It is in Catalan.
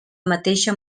mateixa